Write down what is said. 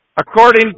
according